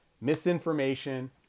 misinformation